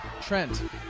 Trent